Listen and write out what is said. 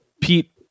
Pete